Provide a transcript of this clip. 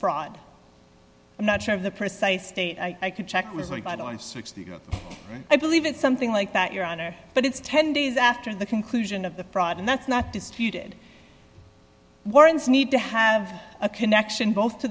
fraud i'm not sure of the precise date i could check was like sixty i believe it's something like that your honor but it's ten days after the conclusion of the fraud and that's not disputed warrants need to have a connection both to